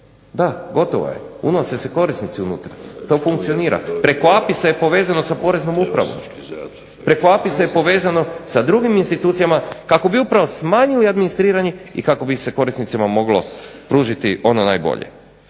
Da, gotova je. Unose se korisnici unutra, to funkcionira. Preko APISA je povezano sa poreznom upravom. Preko APISA je povezano sa drugim institucijama kako bi upravo smanjili administriranje i kako bi se korisnicima moglo pružiti ono najbolje.